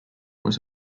was